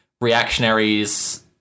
reactionaries